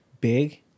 big